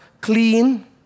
clean